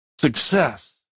success